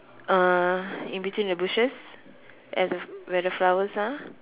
uh in between the bushes at the where the flowers are